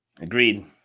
Agreed